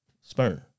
sperm